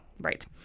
Right